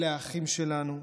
אלה האחים שלנו.